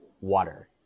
water